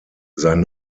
sein